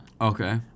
Okay